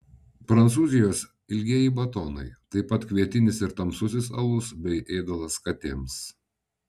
prancūzijos ilgieji batonai taip pat kvietinis ir tamsusis alus bei ėdalas katėms